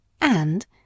And